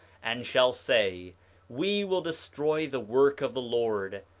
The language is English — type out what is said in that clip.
and shall say we will destroy the work of the lord,